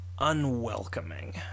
unwelcoming